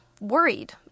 worried